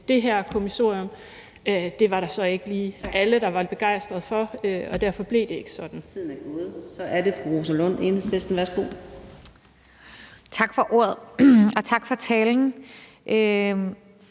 det her kommissorium. Det var det så ikke lige alle der var begejstret for, og derfor blev det ikke sådan. Kl. 17:36 Fjerde næstformand